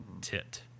Tit